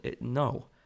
No